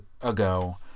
ago